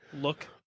look